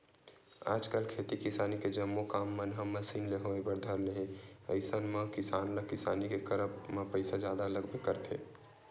आजकल खेती किसानी के जम्मो काम मन ह मसीन ले होय बर धर ले हे अइसन म किसान ल किसानी के करब म पइसा जादा लगबे करथे